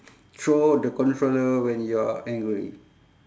throw the controller when you are angry